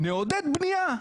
"נעודד בנייה".